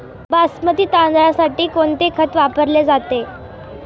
बासमती तांदळासाठी कोणते खत वापरले जाते?